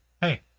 Hey